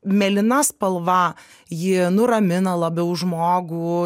mėlyna spalva ji nuramina labiau žmogų